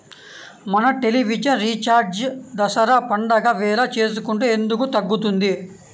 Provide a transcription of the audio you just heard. మన television recharge Dasara పండగ వేళ వేసుకుంటే ఎందుకు తగ్గుతుంది?